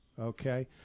Okay